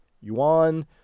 yuan